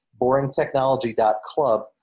boringtechnology.club